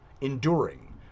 enduring